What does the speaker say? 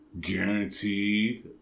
Guaranteed